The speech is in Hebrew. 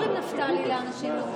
אחרון, חבר הכנסת קיש.